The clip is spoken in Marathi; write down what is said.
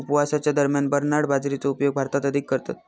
उपवासाच्या दरम्यान बरनार्ड बाजरीचो उपयोग भारतात अधिक करतत